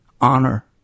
honor